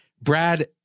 Brad